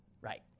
right